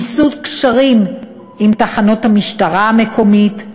מיסוד קשרים עם תחנות המשטרה המקומית,